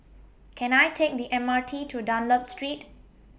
Can I Take The M R T to Dunlop Street